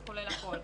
זה כולל הכול.